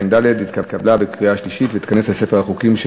התשע"ד 2013,